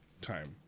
time